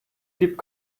gibt